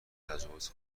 تجاوز